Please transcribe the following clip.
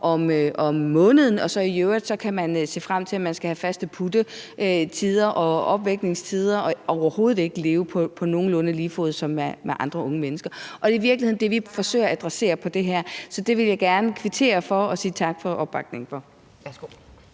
om måneden. Og i øvrigt kan man se frem til, at man skal have faste puttetider og vækningstider og overhovedet ikke leve på nogenlunde lige fod med andre unge mennesker. Det er i virkeligheden det, vi forsøger at adressere med det her. Så det vil jeg gerne kvittere for, og jeg vil sige tak for opbakningen.